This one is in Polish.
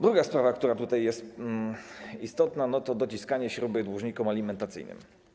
Druga sprawa, która jest istotna, to dociskanie śruby dłużnikom alimentacyjnym.